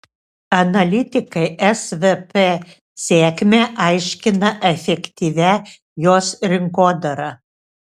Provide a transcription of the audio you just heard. analitikai svp sėkmę aiškina efektyvia jos rinkodara